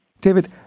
David